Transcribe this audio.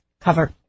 cover